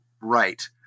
Right